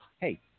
hey